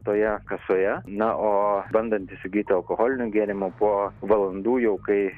toje kasoje na o bandant įsigyti alkoholinių gėrimų po valandų jau kai